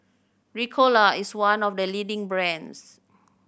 Ricola is one of the leading brands